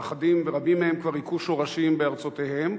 רבים מהם כבר הכו שורשים בארצותיהם,